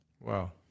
Wow